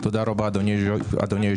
תודה רבה, אדוני היושב-ראש.